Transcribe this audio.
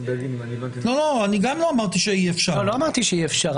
לא אמרתי שאי אפשר.